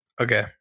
Okay